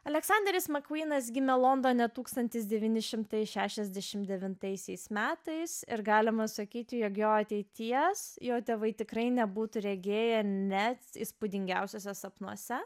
aleksanderis makūnas gimė londone tūkstantis devyni šimtai šešiasdešimt devintaisiais metais ir galima sakyti jog jo ateities jo tėvai tikrai nebūtų regėję net įspūdingiausiose sapnuose